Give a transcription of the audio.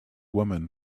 woman